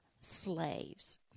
slaves